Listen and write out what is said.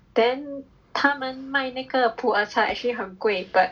then 他们卖那个普洱茶 actually 很贵 but